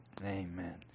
Amen